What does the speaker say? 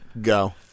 Go